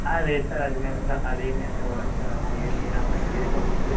ఆ లేదు సర్ అది మేము అది మేమివ్వలేము సర్ అది మీరంతట మీరే కొనుక్కొని తెచ్చుకోవాలి